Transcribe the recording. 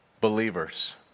believers